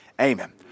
amen